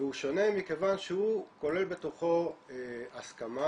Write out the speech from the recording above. והוא שונה מכיוון שהוא כולל בתוכו הסכמה